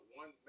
one